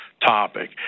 topic